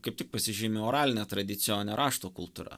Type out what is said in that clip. kaip tik pasižymi oraline tradicija o ne rašto kultūra